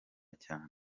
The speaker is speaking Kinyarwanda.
cyane